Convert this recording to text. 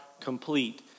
complete